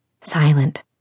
silent